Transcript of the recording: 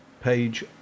page